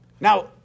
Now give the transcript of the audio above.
Now